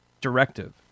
directive